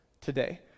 today